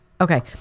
Okay